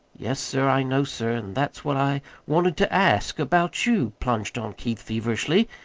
yes, sir, i know, sir and that's what i wanted to ask about you, plunged on keith feverishly.